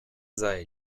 sei